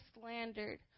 slandered